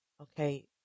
okay